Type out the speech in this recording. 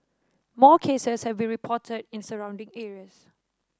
more cases have been reported in surrounding areas